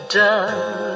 done